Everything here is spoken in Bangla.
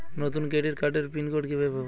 নতুন ক্রেডিট কার্ডের পিন কোড কিভাবে পাব?